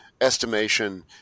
estimation